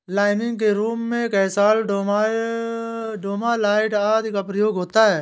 liming के रूप में कैल्साइट, डोमालाइट आदि का प्रयोग होता है